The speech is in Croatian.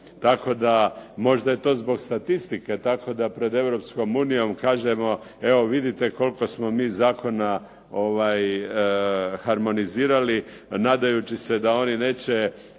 Tako da možda je to zbog statistike tako da pred Europskom unijom kažemo evo vidite koliko smo mi zakona harmonizirali nadajući se da oni neće